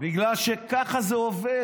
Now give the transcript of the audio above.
בגלל שככה זה עובד,